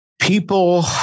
people